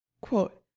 Quote